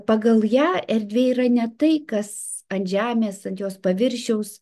pagal ją erdvė yra ne tai kas ant žemės ant jos paviršiaus